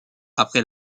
après